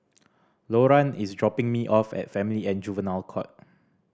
Loran is dropping me off at Family and Juvenile Court